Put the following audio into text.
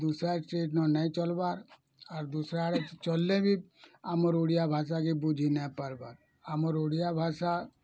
ଦୁସରା state ନୁ ନେହିଁ ଚଲବାର୍ ଅର୍ ଦୁସରାରେ ଚଲଲେବି ଆମର୍ ଓଡ଼ିଆଭାଷା କେ ବୁଝି ନାଇଁ ପାରବାର୍ ଆମର୍ ଓଡ଼ିଆଭାଷା